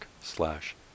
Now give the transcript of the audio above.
slash